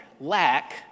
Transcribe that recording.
lack